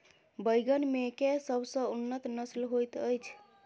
बैंगन मे केँ सबसँ उन्नत नस्ल होइत अछि?